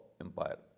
Empire